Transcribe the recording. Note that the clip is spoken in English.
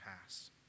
pass